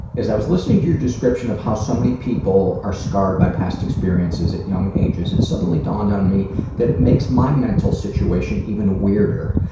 as i was listening to your description of how so many people are scarred by past experiences at young ages it suddenly dawned on me that it makes my mental situation even weirder.